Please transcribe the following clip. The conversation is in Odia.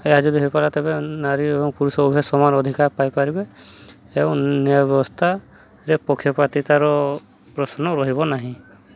ଏଇଆ ଯଦି ହୋଇପାରିଲା ତେବେ ନାରୀ ଏବଂ ପୁରୁଷ ଉଭୟ ସମାନ ଅଧିକାର ପାଇପାରିବେ ଏବଂ ନ୍ୟାୟ ବ୍ୟବସ୍ଥାରେ ପକ୍ଷପାତିତାର ପ୍ରଶ୍ନ ରହିବ ନାହିଁ